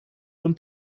und